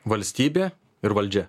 valstybė ir valdžia